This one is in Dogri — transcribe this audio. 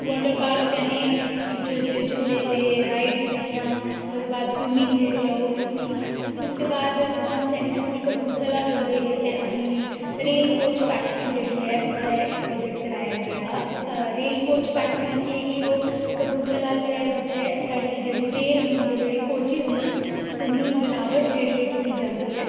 वॉटर पार्क च अ'हें च च झूले ले राइड्स लेइयां ओह्दे बाद स्विमिंग जेह्ड़ी ऐ ओह् कीती उसदे बाद जदूं अस सैनिक स्कूल कपूरथला रौंह्दे हे ते अ'हेंई रेल कोच फैक्टरी जेह्ड़ी ऐ उत्थै इक विज़िट कराया गेआ हा अ रेल कोच फैक्टरी केह् ही ओह् कपूरथला च ऐ जित्थै साढ़ी जेह्ड़ी रेल न उं'दे जेह्ड़े कोचिज़ न उं'दी बनावट जेह्ड़ी ऐ कीती जंदी ऐ